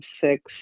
six